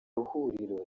huriro